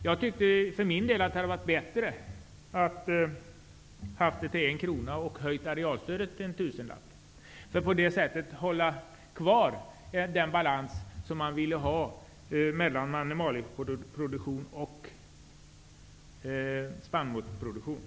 Jag tyckte för min del att det hade varit bättre med ett spannmålspris på 1:00 kr och med en höjning av arealstödet till 1 000 kr, för att på det sättet behålla den balans som man velat ha mellan animalieproduktion och spannmålsproduktion.